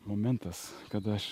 momentas kada aš